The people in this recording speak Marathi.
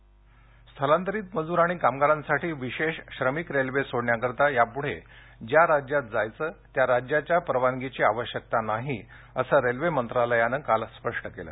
परवानगी स्थलांतरित मजूर आणि कामगारांसाठी विशेष श्रमिक रेल्वे सोडण्यासाठी यापूढे ज्या राज्यात जायचं त्या राज्याच्या परवानगीची आवश्यकता नाही असं रेल्वे मंत्रालयानं काल स्पष्ट केलं